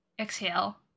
exhale